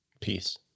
Peace